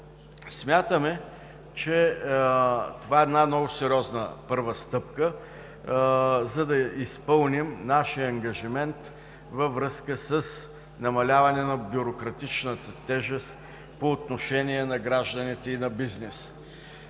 Смятаме, че това е сериозна първа стъпка, за да изпълним нашия ангажимент във връзка с намаляване на бюрократичната тежест по отношение на гражданите и на бизнеса.